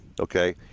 okay